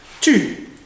two